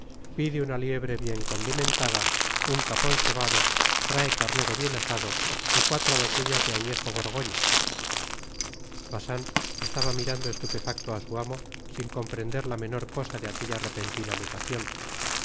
pide una liebre bien condimentada un capon cebado trae carnero bien asado y cuatro botellas de añejo borgoña bacin estaba mirando estupefacto á su amo sin comprender la menor cosa de aquella repentina mutacion